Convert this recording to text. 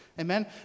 amen